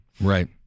Right